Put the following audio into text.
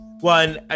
One